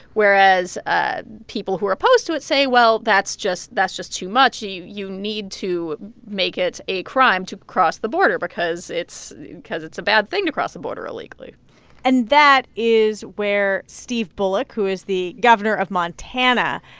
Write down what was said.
whereas ah people who are opposed to it say, well, that's just that's just too much. you you need to make it a crime to cross the border because it's because it's a bad thing to cross a border illegally and that is where steve bullock, who is the governor of montana,